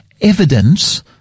evidence